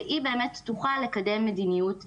והיא באמת תוכל לקדם מדיניות מוסכמת,